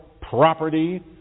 property